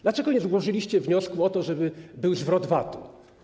Dlaczego nie złożyliście wniosków o to, żeby był zwrot VAT-u?